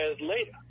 later